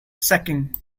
sacking